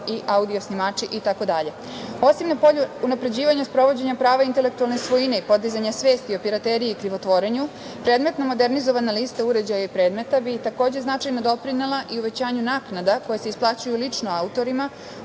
i audio snimači, itd. Osim na polju unapređivanja sprovođenja prava intelektualne svojine i podizanje svesti o pirateriji i krivotvorenju predmetna modernizovana lista uređaja i predmeta bi, takođe značajno doprinela i uvećanju naknada koje se isplaćuju lično autorima,